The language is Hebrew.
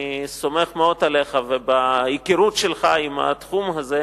אני סומך מאוד עליך ועל ההיכרות שלך עם התחום הזה,